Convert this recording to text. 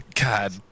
God